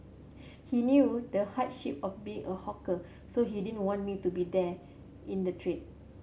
he knew the hardship of being a hawker so he didn't want me to be there in the trade